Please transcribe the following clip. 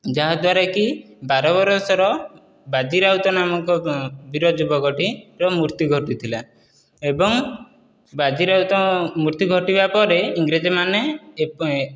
ଯାହା ଦ୍ୱାରା କି ବାର ବର୍ଷର ବାଜି ରାଉତ ନାମକ ବୀର ଯୁବକଟିର ମୃତ୍ୟୁ ଘଟିଥିଲା ଏବଂ ବାଜି ରାଉତ ମୃତ୍ୟୁ ଘଟିବା ପରେ ଇଂରେଜ ମାନେ ଏବେ